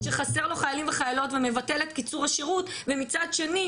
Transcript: שחסר לו חיילים וחיילות ומבטל את קיצור השירות ומצד שני,